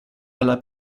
alla